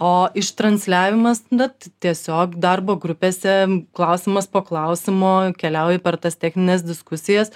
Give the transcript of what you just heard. o ištransliavimas na tiesiog darbo grupėse klausimas po klausimo keliauji per tas technines diskusijas